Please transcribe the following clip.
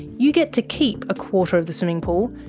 you get to keep a quarter of the swimming pool,